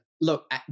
look